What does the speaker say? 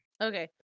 Okay